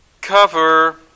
cover